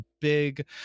big